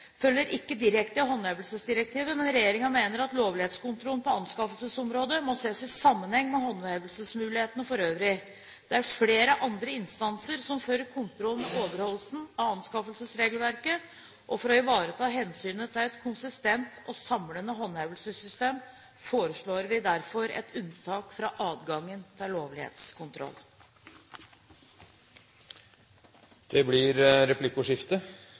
følger ikke direkte av håndhevelsesdirektivet, men regjeringen mener at lovlighetskontrollen på anskaffelsesområdet må ses i sammenheng med håndhevelsesmulighetene for øvrig. Det er flere andre instanser som fører kontroll med overholdelsen av anskaffelsesregelverket, og for å ivareta hensynet til et konsistent og samlet håndhevelsessystem foreslår vi derfor et unntak fra adgangen til lovlighetskontroll. Det blir replikkordskifte.